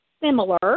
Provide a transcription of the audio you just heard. similar